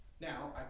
Now